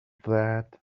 that